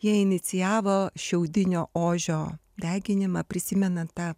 jie inicijavo šiaudinio ožio deginimą prisimenant tą